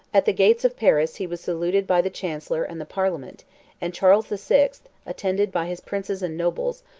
at the gates of paris, he was saluted by the chancellor and the parliament and charles the sixth, attended by his princes and nobles,